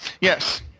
Yes